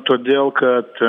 todėl kad